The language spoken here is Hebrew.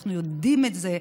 ואנחנו יודעים את זה,